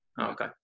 Okay